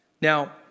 Now